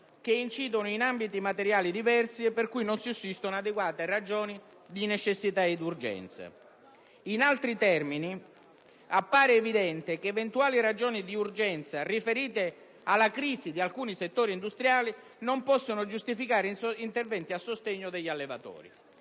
che incidono in ambiti materiali diversi e per cui non sussistono adeguate ragioni di necessità ed urgenza. In altri termini, appare evidente che eventuali ragioni di urgenza riferite alla crisi di alcuni settori industriali non possono giustificare interventi a sostegno degli allevatori.